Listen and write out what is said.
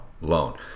loan